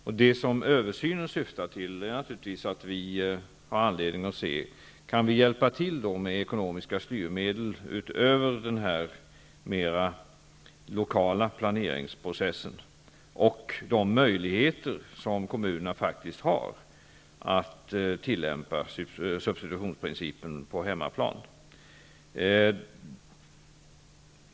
Syftet med översynen är att vi skall se om vi har anledning att hjälpa till med ekonomiska styrmedel utöver den mera lokala planeringsprocessen och de möjligheter kommunerna har att tillämpa substitutionsprincipen på hemmaplan.